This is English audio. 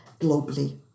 globally